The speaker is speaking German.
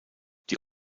die